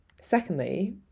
Secondly